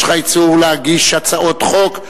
יש איסור להגיש הצעות חוק,